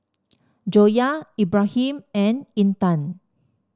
Joyah Ibrahim and Intan